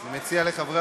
אני מציע לחברי